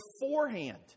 beforehand